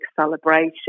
celebration